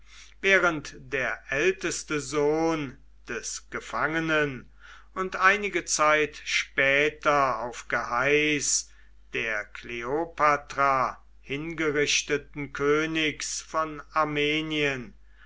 während der älteste sohn des gefangenen und einige zeit später auf geheiß der kleopatra hingerichteten königs von armenien